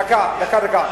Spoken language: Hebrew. דקה, דקה.